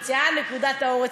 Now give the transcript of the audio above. אמרתי, נמצאה נקודת האור.